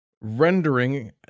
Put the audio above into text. rendering